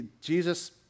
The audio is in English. Jesus